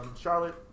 Charlotte